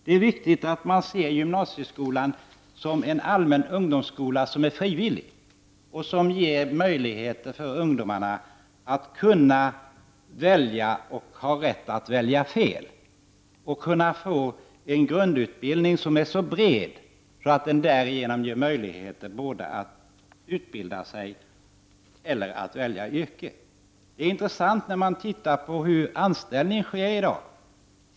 Det är viktigt att man ser gymnasieskolan som en allmän ungdomsskola som är frivillig och som ger möjligheter för ungdomarna att välja och ha rätt att välja fel. De skall kunna få en grundutbildning som är så bred så att den därigenom ger möjligheter till att både utbilda sig eller att välja yrke. Det är intressant att se på hur en anställning går till i dag.